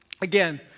Again